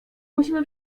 musimy